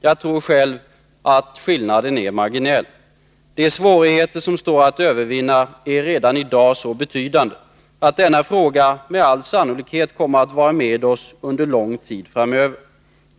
Jag tror själv att skillnaden är marginell. De svårigheter som står att övervinna är redan i dag så betydande, att denna fråga med all sannolikhet kommer att vara med oss en lång tid framöver.